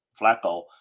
Flacco